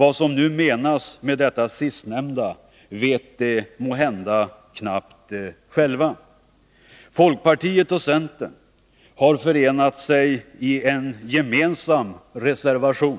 Vad som nu menas med det sistnämnda vet de måhända knappt själva. Folkpartiet och centern har förenat sig i en gemensam reservation